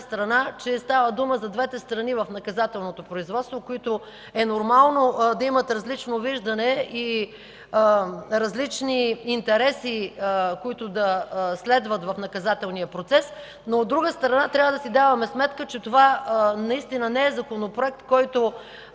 страна, че става дума за двете страни в наказателното производство, които е нормално да имат различно виждане и различни интереси, които да следват в наказателния процес, но от друга страна, трябва да си даваме сметка, че това не е Законопроект, който